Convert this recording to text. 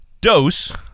dose